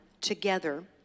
together